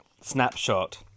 snapshot